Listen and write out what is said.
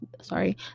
sorry